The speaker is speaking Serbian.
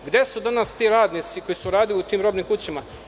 Gde su danas ti radnici koji su radili u tim robnim kućama?